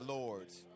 lords